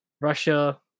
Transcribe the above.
russia